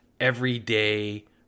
everyday